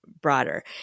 broader